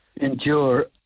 endure